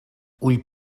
ull